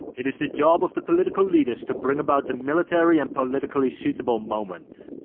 it is the job of the political leaders to bring about the military and politically suitable moment.